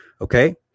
Okay